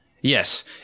Yes